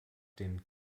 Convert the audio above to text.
den